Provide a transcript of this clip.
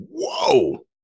whoa